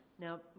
Now